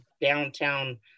downtown